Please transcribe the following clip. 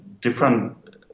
different